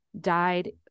died